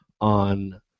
on